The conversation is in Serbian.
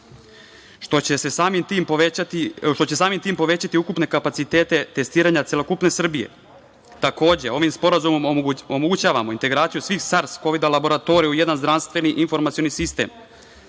što će samim tim povećati ukupne kapacitete testiranja celokupne Srbije. Takođe, ovim sporazumom omogućavamo integraciju svih SARS Kovid-laboratorija u jedan zdravstveni informacioni sistem